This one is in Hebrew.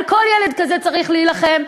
על כל ילד כזה צריך להילחם.